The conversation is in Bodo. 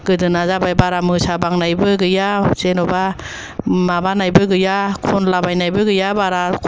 गोदोना जाबाय बारा मोसाबांनायबो गैया जेनबा माबानायबो गैया खनलाबायनायबो गैया बारा